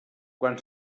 quan